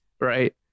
right